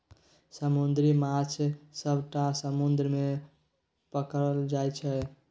समुद्री माछ सबटा समुद्र मे पकरल जाइ छै